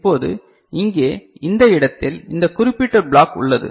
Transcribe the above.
இப்போது இங்கே இந்த இடத்தில் இந்த குறிப்பிட்ட பிளாக் உள்ளது